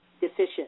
deficient